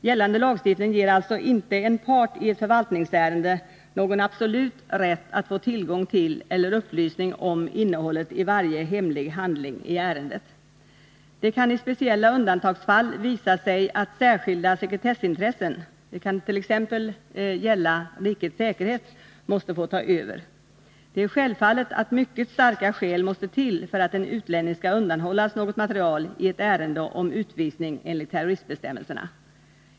Gällande lagstiftning ger alltså inte en part i ett förvaltningsärende någon absolut rätt att få tillgång till eller upplysning om innehållet i varje hemlig handling i ärendet. Det kan i speciella undantagsfall visa sig att särskilda sekretessintressen — de kan exempelvis gälla rikets säkerhet — måste få ta över. Det är självfallet att mycket starka skäl måste till för att en utlänning skall undanhållas något material i ett ärende om utvisning enligt terroristbestämmelserna.